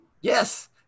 yes